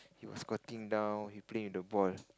he was squatting down he playing with the ball